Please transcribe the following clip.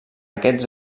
aquests